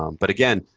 um but again,